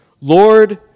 Lord